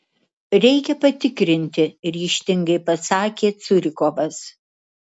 reikia patikrinti ryžtingai pasakė curikovas